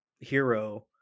hero